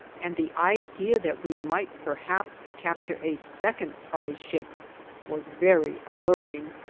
and the idea that we might perhaps capture a second prize ship was very alluring.